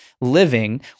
living